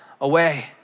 away